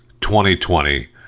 2020